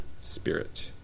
Spirit